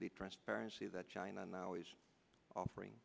the transparency that china now he's offering